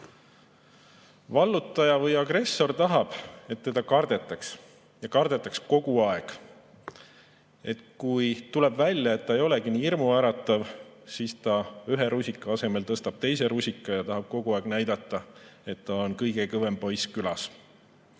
Vallutaja või agressor tahab, et teda kardetaks, ja kardetaks kogu aeg. Et kui tuleb välja, et ta ei olegi nii hirmuäratav, siis ta ühe rusika asemel tõstab teise rusika ja tahab kogu aeg näidata, et ta on kõige kõvem poiss külas.